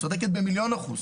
את צודקת במיליון אחוז,